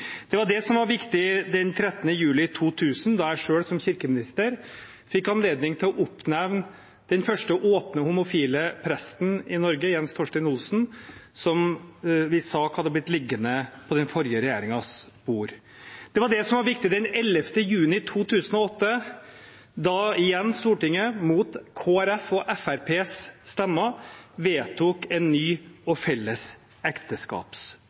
Det var det som var viktig den 13. juli 2000, da jeg selv, som kirkeminister, fikk anledning til å oppnevne den første åpne homofile presten i Norge, Jens Torstein Olsen, hvis sak hadde blitt liggende på den forrige regjeringens bord. Det var det som var viktig den 11. juni 2008, da Stortinget igjen, mot Kristelig Folkeparti og Fremskrittspartiets stemmer, vedtok en ny og felles